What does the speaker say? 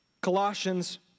Colossians